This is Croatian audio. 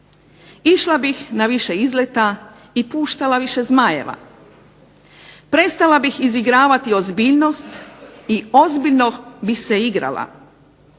Išla bih na više izleta i puštala više zmajeva. Prestala bih izigravati ozbiljnost i ozbiljno bih se igrala.